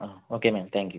ആ okay ma'am thank U